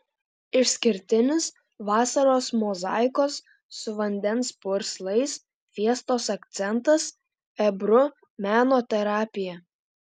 išskirtinis vasaros mozaikos su vandens purslais fiestos akcentas ebru meno terapija